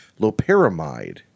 loperamide